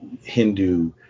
Hindu